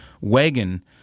wagon